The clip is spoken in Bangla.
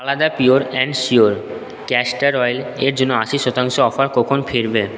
Phalada pure and sure castor অয়েলের জন্য আশি শতাংশ অফার কখন ফিরবে